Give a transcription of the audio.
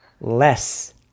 less